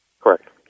Correct